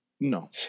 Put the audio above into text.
No